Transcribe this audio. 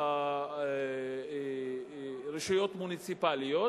רשויות מוניציפליות,